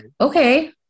okay